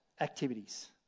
activities